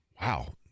Wow